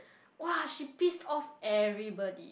!wah! she pissed off everybody